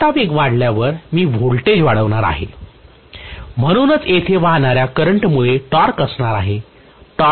आता वेग वाढल्यावर मी व्होल्टेज वाढवणार आहे म्हणूनच तेथे वाहणाऱ्या करंट मुळे टॉर्क असणार आहे